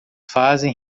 fazem